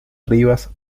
rivas